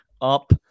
up